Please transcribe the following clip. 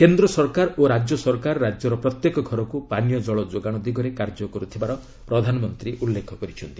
କେନ୍ଦ୍ର ସରକାର ଓ ରାଜ୍ୟ ସରକାର ରାଜ୍ୟର ପ୍ରତ୍ୟେକ ଘରକୁ ପାନୀୟ ଜଳ ଯୋଗାଣ ଦିଗରେ କାର୍ଯ୍ୟ କରୁଥିବାର ପ୍ରଧାନମନ୍ତ୍ରୀ କହିଛନ୍ତି